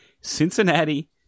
Cincinnati